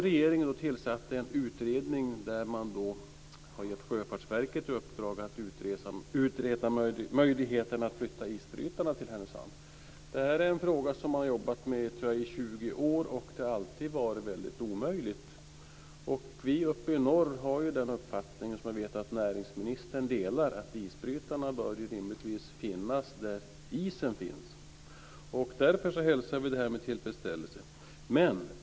Regeringen har tillsatt en utredning där Sjöfartsverket har fått i uppdrag att utreda möjligheten att flytta isbrytarna till Härnösand. Det är en fråga som man har jobbat med i 20 år. Det har alltid varit omöjligt att flytta dem. Vi i norr har uppfattningen - som jag vet att näringsministern delar - att isbrytarna bör rimligtvis finnas där isen finns. Därför hälsar vi utredningen med tillfredsställelse.